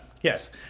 Yes